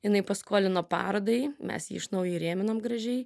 jinai paskolino parodai mes jį iš naujo įrėminom gražiai